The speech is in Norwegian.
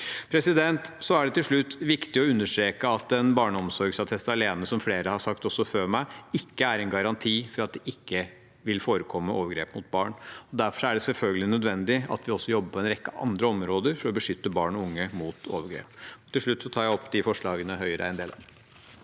før meg, er det til slutt viktig å understreke at en barneomsorgsattest alene ikke er en garanti for at det ikke vil forekomme overgrep mot barn. Derfor er det selvfølgelig nødvendig at vi også jobber på en rekke andre områder for å beskytte barn og unge mot overgrep. Jeg tar opp de forslagene Høyre er med på.